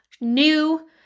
new